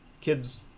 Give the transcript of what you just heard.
kids